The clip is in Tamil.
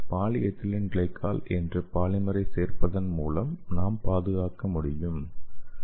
பாலிஎதிலீன் கிளைகோல் என்ற பாலிமரை சேர்ப்பதன் மூலம் நாம் பாதுகாக்க முடியும்